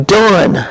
done